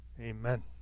Amen